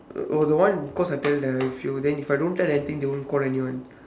oh oh the one because I tell the nephew then if I don't tell anything they won't call anyone